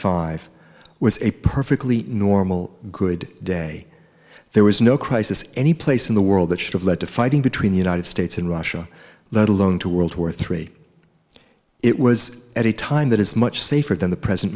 five was a perfectly normal good day there was no crisis anyplace in the world that should have led to fighting between the united states and russia let alone to world war three it was at a time that is much safer than the present